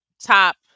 top